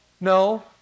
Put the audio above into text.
No